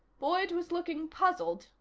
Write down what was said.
boyd was looking puzzled,